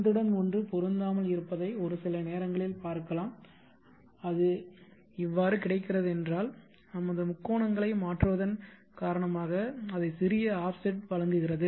ஒன்றுடன் ஒன்று பொருந்தாமல் இருப்பதை ஒரு சில நேரங்களில் பார்க்கலாம் அது இவ்வாறு கிடைக்கிறது என்றால் நமது முக்கோணங்களை மாற்றுவதன் காரணமாக அதை சிறிய ஆஃப்செட் வழங்குகிறது